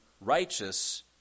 righteous